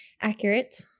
accurate